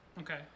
Okay